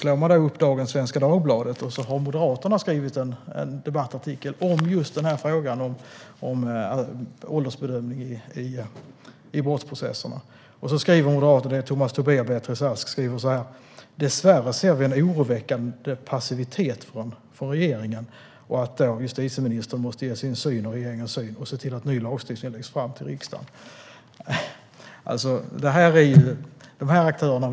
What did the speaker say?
I dagens Svenska Dagbladet har Moderaterna skrivit en debattartikel om just åldersbedömning i brottsprocesser. Moderaterna Tomas Tobé och Beatrice Ask skriver så här: "Dessvärre ser vi en oroväckande passivitet från regeringen. Justitieminister Morgan Johansson måste ge sin och regeringens syn på saken och se till att ny lagstiftning läggs fram till riksdagen."